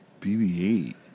BB-8